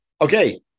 okay